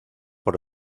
por